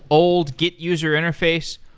old git user interface?